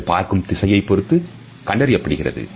இது பார்க்கும் திசையை பொறுத்து கண்டறியப்படுகிறது